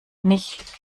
nicht